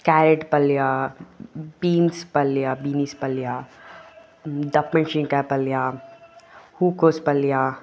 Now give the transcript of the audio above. carrot ಪಲ್ಯ beans ಪಲ್ಯ beans ಪಲ್ಯ ದಪ್ಪಮೆಣ್ಶಿನ್ಕಾಯ್ ಪಲ್ಯ ಹೂಕೋಸು ಪಲ್ಯ